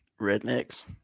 Rednecks